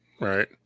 Right